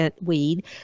weed